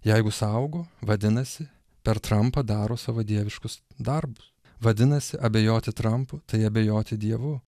jeigu saugo vadinasi per trampą daro savo dieviškus darbus vadinasi abejoti trampu tai abejoti dievu